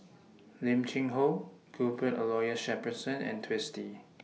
Lim Cheng Hoe Cuthbert Aloysius Shepherdson and Twisstii